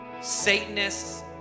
Satanists